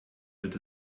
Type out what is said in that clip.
wird